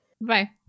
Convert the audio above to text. Bye